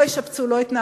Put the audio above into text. לא ישפצו, לא את נהרייה,